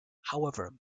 however